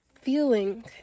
feeling